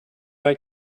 like